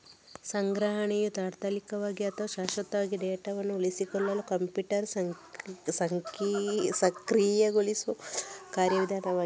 ಸಂಗ್ರಹಣೆಯು ತಾತ್ಕಾಲಿಕವಾಗಿ ಅಥವಾ ಶಾಶ್ವತವಾಗಿ ಡೇಟಾವನ್ನು ಉಳಿಸಿಕೊಳ್ಳಲು ಕಂಪ್ಯೂಟರ್ ಸಕ್ರಿಯಗೊಳಿಸುವ ಒಂದು ಕಾರ್ಯ ವಿಧಾನವಾಗಿದೆ